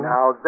Now